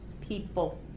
people